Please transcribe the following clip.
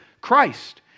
Christ